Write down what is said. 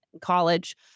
college